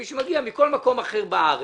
מי שמגיע מכל מקום אחר בארץ,